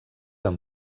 amb